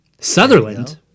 Sutherland